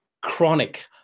chronic